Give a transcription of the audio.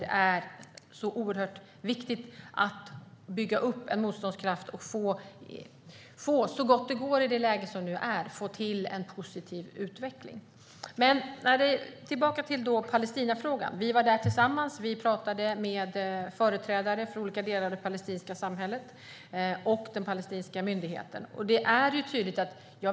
Det är ju så oerhört viktigt att bygga upp en motståndskraft och att - så gott det går i det läge som nu är - få till en positiv utveckling. Tillbaka till Palestinafrågan: Vi var där tillsammans, och vi pratade med företrädare för olika delar av det palestinska samhället och den palestinska myndigheten.